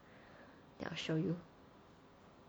then I will show you